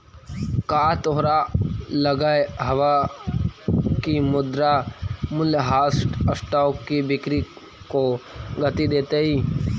का तोहरा लगअ हवअ की मुद्रा मूल्यह्रास स्टॉक की बिक्री को गती देतई